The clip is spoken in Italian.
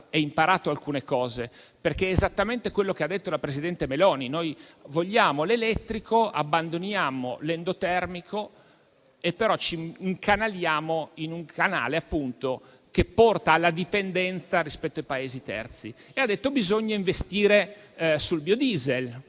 e imparato alcune cose, perché è esattamente quello che ha detto la presidente del Consiglio Meloni: noi vogliamo l'elettrico, abbandoniamo l'endotermico, però ci incanaliamo in una via che porta alla dipendenza rispetto ai Paesi terzi. Ha detto che bisogna investire sul biodiesel,